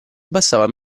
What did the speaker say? abbassava